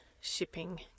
shipping